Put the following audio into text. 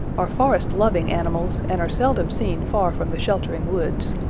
are forest-loving animals and are seldom seen far from the sheltering woods.